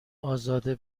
ازاده